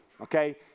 okay